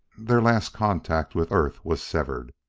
their last contact with earth was severed.